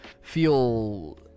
feel